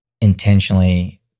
intentionally